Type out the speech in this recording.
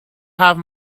have